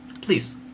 please